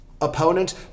opponent